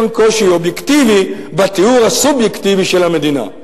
יש כאן קושי אובייקטיבי בתיאור הסובייקטיבי של המדינה.